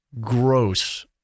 gross